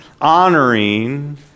honoring